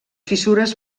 fissures